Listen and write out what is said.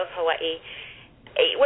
Hawaii